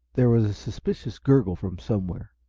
there was a suspicious gurgle from somewhere.